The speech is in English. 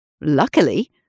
Luckily